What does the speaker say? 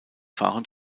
fahren